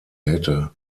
hätte